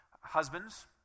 husbands